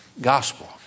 gospel